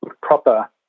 proper